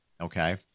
Okay